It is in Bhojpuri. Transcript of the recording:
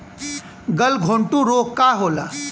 गलघोंटु रोग का होला?